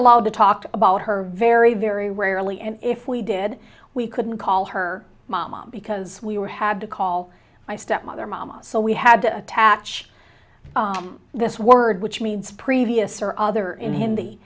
allowed to talk about her very very rarely and if we did we couldn't call her mama because we were had to call my stepmother mama so we had to attach this word which means previous or other